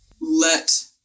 let